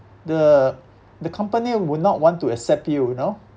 the the company would not want to accept you you know